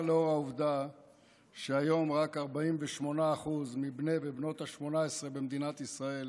לאור העובדה שהיום רק 48% מבני ובנות ה-18 במדינת ישראל